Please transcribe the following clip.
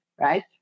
right